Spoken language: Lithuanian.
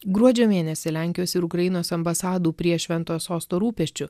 gruodžio mėnesį lenkijos ir ukrainos ambasadų prie šventojo sosto rūpesčių